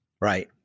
Right